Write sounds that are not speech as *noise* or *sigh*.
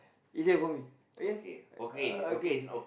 easier for me okay *noise* okay